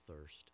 thirst